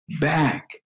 back